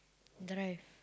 drive